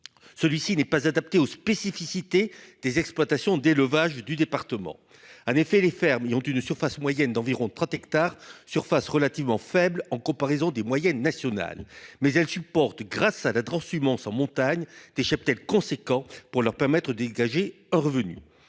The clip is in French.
Celui-ci n'est pas adapté aux spécificités des exploitations d'élevage du département en effet les fermes ayant une surface moyenne d'environ 30 hectares surfaces relativement faible en comparaison des moyennes nationales mais elle supporte grâce à la transhumance en montagne des cheptels conséquent pour leur permettre de dégager un revenu